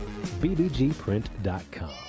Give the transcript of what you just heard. BBGPrint.com